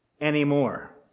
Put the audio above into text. anymore